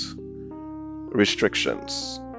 restrictions